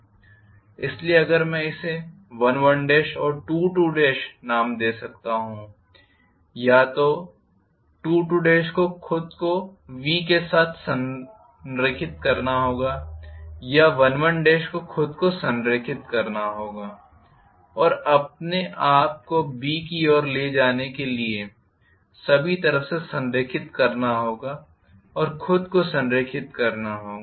इसलिए अगर मैं इसे 11 और 22 नाम दे सकता हूं या तो 22 को खुद को V के साथ संरेखित करना होगा या 11 को खुद को संरेखित करना होगा और अपने आप को B की ओर आने के लिए सभी तरह से संरेखित करना होगा और खुद को संरेखित करना होगा